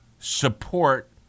support